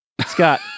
scott